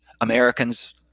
Americans